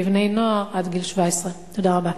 בבני-נוער עד גיל 17. תודה רבה.